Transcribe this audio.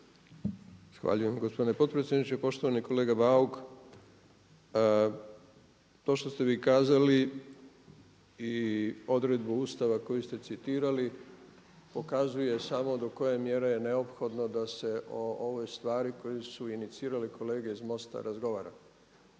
Zahvaljujem gospodine potpredsjedniče. Poštovani kolega Bauk, to što ste vi kazali i odredba Ustava koju ste citirali pokazuje samo do koje mjere je neophodno da se o ovoj stvari koju su inicirali kolege iz MOST-a razgovara.